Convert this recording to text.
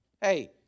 Hey